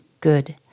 good